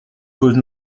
cause